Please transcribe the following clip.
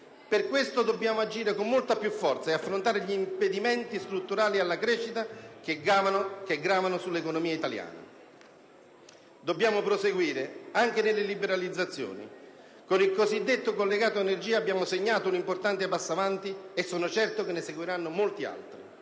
Per questo, dobbiamo agire con molta più forza per affrontare gli impedimenti strutturali alla crescita che gravano sull'economia italiana. Dobbiamo proseguire anche nelle liberalizzazioni. Con il cosiddetto collegato energia, abbiamo segnato un importante passo in avanti; sono certo che ne seguiranno molti altri.